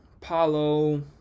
Paulo